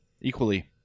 equally